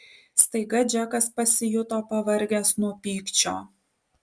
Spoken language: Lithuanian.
staiga džekas pasijuto pavargęs nuo pykčio